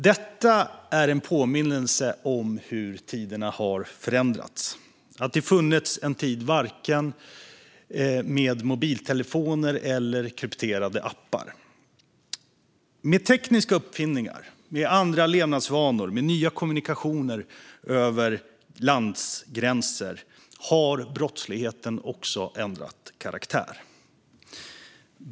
Detta är en påminnelse om hur tiderna har förändrats, att det funnits en tid då det varken fanns mobiltelefoner eller krypterade appar. Med tekniska uppfinningar, med andra levnadsvanor och med nya kommunikationer över landsgränser har brottsligheten också ändrat karaktär.